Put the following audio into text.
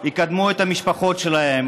יקדמו את המשפחות שלהן,